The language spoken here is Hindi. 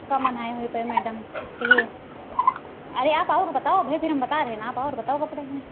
कम मनाए हुए पर मैडम ती अरे आप आओ तो बताओ फिर हम बता रहे है न आप आओ तो बताओ कपड़े में